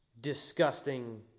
disgusting